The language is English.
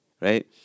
right